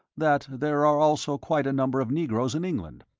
that there are also quite a number of negroes in england.